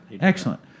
Excellent